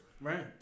Right